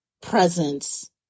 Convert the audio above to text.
presence